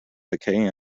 decay